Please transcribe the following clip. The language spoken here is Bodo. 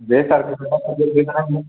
दे सार गोजोननाय